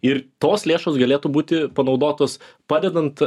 ir tos lėšos galėtų būti panaudotos padedant